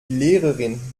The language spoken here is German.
lehrerin